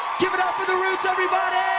give it up for the roots, everybody-y-y!